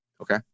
Okay